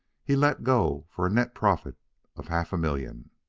he let go for a net profit of half a million.